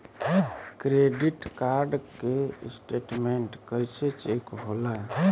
Credit card के statement कइसे check होला?